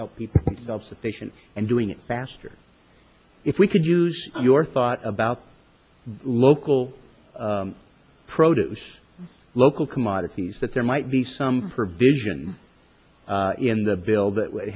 help people self sufficient and doing it faster if we could use your thought about local produce local commodities that there might be some provision in the bill that w